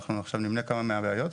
אנחנו עכשיו נמנה כמה מהבעיות.